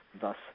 thus